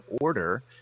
order